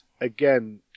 again